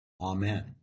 Amen